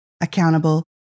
accountable